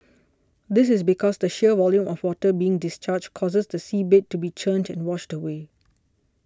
this is because the sheer volume of water being discharged causes the seabed to be churned and washed away